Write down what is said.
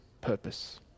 purpose